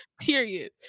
Period